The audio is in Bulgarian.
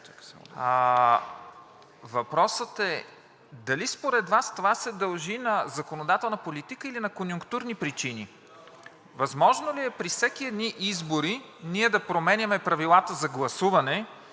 въпросът е дали според Вас това се дължи на законодателната политика, или на конюнктурни причини. Възможно ли е при всеки едни избори ние да променяме правилата за гласуване